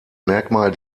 merkmal